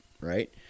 right